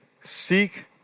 Seek